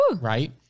Right